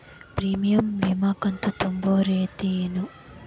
Premium ವಿಮಾ ಕಂತು ತುಂಬೋ ರೇತಿ ಏನು?